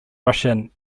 russian